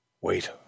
wait